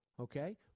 okay